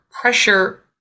pressure